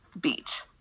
beat